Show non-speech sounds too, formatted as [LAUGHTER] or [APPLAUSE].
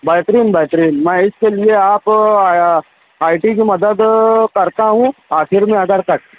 بہترین بہترین میں اس کے لیے آپ آئی ٹی کی مدد کرتا ہوں آخر میں [UNINTELLIGIBLE]